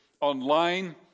online